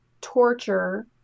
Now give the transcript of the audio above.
torture